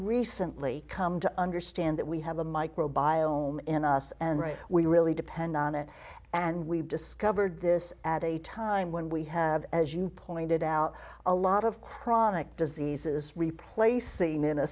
recently come to understand that we have a micro biome in us and right we really depend on it and we've discovered this at a time when we have as you pointed out a lot of chronic diseases replace seem in a